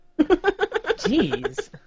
Jeez